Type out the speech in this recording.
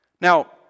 Now